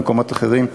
במקומות אחרים,